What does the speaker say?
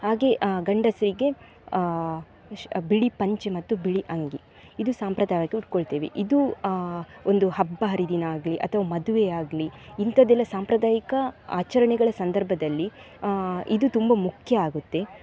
ಹಾಗೇ ಗಂಡಸರಿಗೆ ಶ್ ಬಿಳಿ ಪಂಚೆ ಮತ್ತು ಬಿಳಿ ಅಂಗಿ ಇದು ಸಾಂಪ್ರದಾಯಕವಾಗಿ ಉಟ್ಕೊಳ್ತೇವೆ ಇದು ಆ ಒಂದು ಹಬ್ಬ ಹರಿದಿನ ಆಗಲೀ ಅಥ್ವಾ ಮದುವೆ ಆಗಲೀ ಇಂಥದ್ದೆಲ್ಲ ಸಾಂಪ್ರದಾಯಕ ಆಚರಣೆಗಳ ಸಂದರ್ಭದಲ್ಲಿ ಇದು ತುಂಬ ಮುಖ್ಯ ಆಗುತ್ತೆ